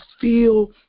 feel